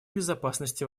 безопасности